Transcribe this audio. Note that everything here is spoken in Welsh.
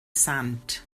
sant